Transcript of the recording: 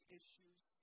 issues